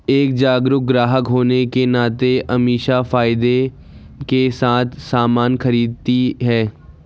एक जागरूक ग्राहक होने के नाते अमीषा फायदे के साथ सामान खरीदती है